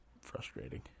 frustrating